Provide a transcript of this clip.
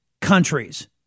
Countries